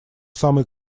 самой